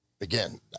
again